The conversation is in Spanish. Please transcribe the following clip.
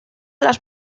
las